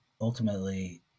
ultimately